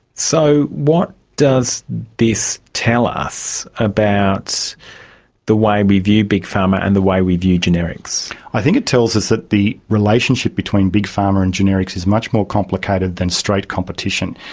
so what does this tell us about the way we view big pharma and the way we view generics? i think it tells us that the relationship between big pharma and generics is much more complicated than straight competition.